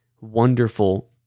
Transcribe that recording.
wonderful